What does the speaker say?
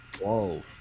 Whoa